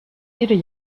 ieder